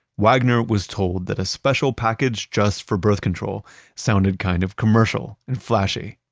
wagner was told that a special package just for birth control sounded kind of commercial and flashy.